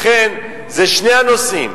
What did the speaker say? לכן אלה שני הנושאים,